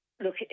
look